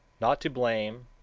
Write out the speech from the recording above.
not to blame,